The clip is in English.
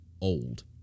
old